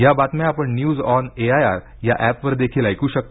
या बातम्या आपण न्यूज ऑन एआयआर ऍपवर देखील ऐकू शकता